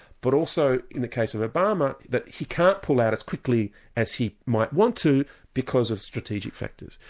but also in the case of obama, that he can't pull out as quickly as he might want to because of strategic factors.